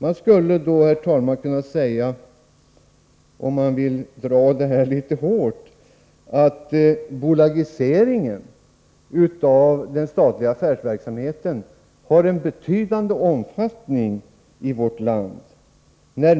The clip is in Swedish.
Om man vill hårdra det litet skulle man, herr talman, kunna säga att ”bolagiseringen” av den statliga affärsverksamheten har en betydande omfattning i vårt land, när